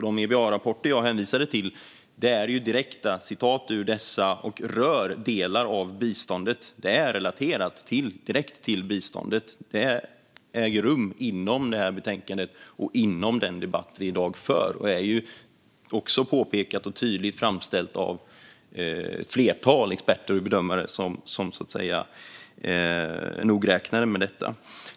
De EBA-rapporter jag hänvisade till och återgav direkta citat från rör delar av biståndet. Det här är relaterat direkt till biståndet och ryms inom det här betänkandet och inom den debatt som vi i dag för. Det är också påpekat och tydligt framställt av ett flertal experter och bedömare som är nogräknade med detta.